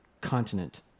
continent